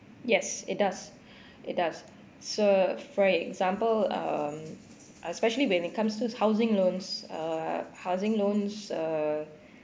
yes it does it does so for example um uh especially when it comes to housing loans uh housing loans uh